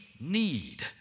need